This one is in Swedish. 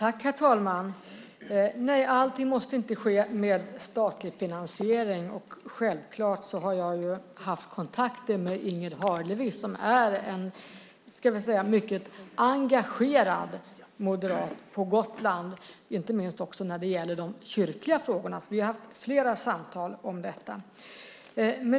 Herr talman! Nej, allting måste inte ske med statlig finansiering. Självklart har jag haft kontakter med Inger Harlevi, som är en mycket engagerad moderat på Gotland inte minst när det gäller de kyrkliga frågorna. Vi har haft flera samtal om detta.